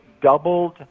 doubled